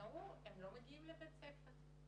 הם אמרו שהתלמידים לא מגיעים לבתי הספר.